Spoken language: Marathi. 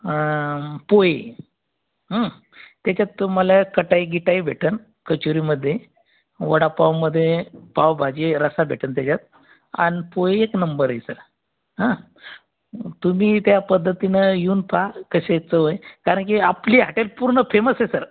अं पोहे त्याच्यात तुम्हाला कटाई बिटाई भेटन कचोरीमध्ये वडापावमध्ये पावभाजी रस्सा भेटन त्याच्यात आणि पोहे एक नंबर आहे सर हं तुम्ही त्या पद्धतीनं येऊन पहा कशी चव आहे कारण कि आपली हाटेल पूर्ण फेमस आहे सर